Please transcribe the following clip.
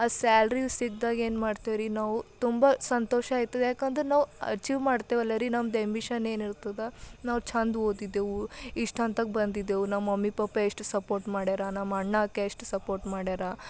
ಆ ಸ್ಯಾಲ್ರಿ ಸಿಕ್ದಾಗ ಏನು ಮಾಡ್ತೇವ್ರಿ ನಾವು ತುಂಬ ಸಂತೋಷ ಆಯ್ತದ ಯಾಕಂದ್ರೆ ನಾವು ಅಚೀವ್ ಮಾಡ್ತೇವಲ್ಲ ರೀ ನಮ್ದು ಆ್ಯಂಬಿಷನ್ ಏನಿರ್ತದ ನಾವು ಛಂದ್ ಓದಿದ್ದೆವು ಇಷ್ಟು ಹಂತಕ್ಕೆ ಬಂದಿದ್ದೆವು ನಮ್ಮ ಮಮ್ಮಿ ಪಪ್ಪಾ ಎಷ್ಟು ಸಪೋರ್ಟ್ ಮಾಡ್ಯಾರ ನಮ್ಮಅಣ್ಣ ಅಕ್ಕ ಎಷ್ಟು ಸಪೋರ್ಟ್ ಮಾಡ್ಯಾರ